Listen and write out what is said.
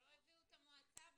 לא הביאו את המועצה בזמן,